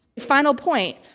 final point,